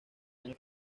año